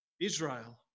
Israel